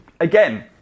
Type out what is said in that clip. again